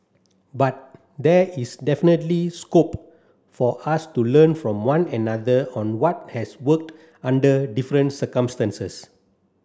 but there is definitely scope for us to learn from one another on what has worked under different circumstances